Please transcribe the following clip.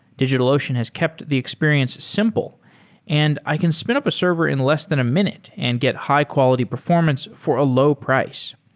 digitalocean has kept the experience simple and i can spin up a server in less than a minute and get high quality performance for a low price.